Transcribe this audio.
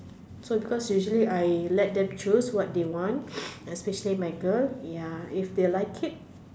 so because usually I let them choose what they want especially my girl ya if they like it